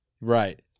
Right